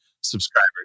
subscribers